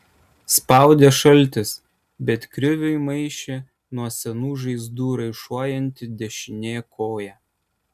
spaudė šaltis bet kriviui maišė nuo senų žaizdų raišuojanti dešinė koja